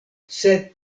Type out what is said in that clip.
sed